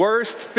Worst